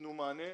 שייתנו מענה.